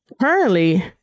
Currently